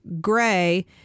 Gray